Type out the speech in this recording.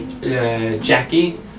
Jackie